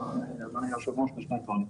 לבך, אדוני היושב-ראש, לשני דברים: